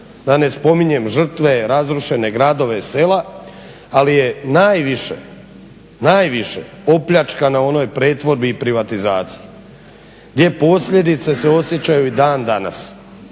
Da ne spominjem žrtve, razrušene gradove, sela, ali je najviše opljačkana u onoj pretvorbi i privatizaciji, gdje posljedice se osjećaju i dan danas.